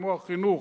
כמו החינוך,